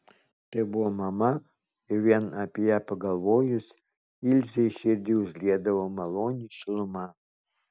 tai buvo mama ir vien apie ją pagalvojus ilzei širdį užliedavo maloni šiluma